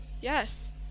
Yes